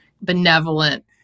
benevolent